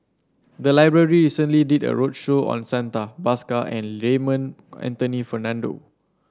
the library recently did a roadshow on Santha Bhaskar and Raymond Anthony Fernando